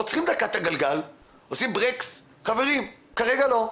עוצרים דקה את הגלגל, שמים ברקס וחברים, כרגע לא.